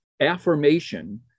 affirmation